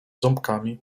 ząbkami